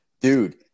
dude